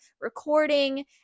recording